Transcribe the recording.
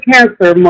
Cancer